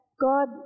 God